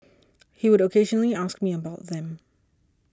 he would occasionally ask me about them